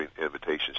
invitations